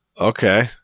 Okay